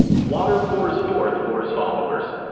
water pours forth for his followers.